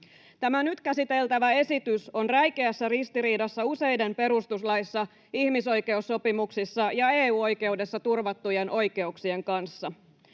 Tämä nyt käsiteltävä esitys on räikeässä ristiriidassa useiden perustuslaissa, ihmisoikeussopimuksissa ja EU-oikeudessa turvattujen oikeuksien kanssa.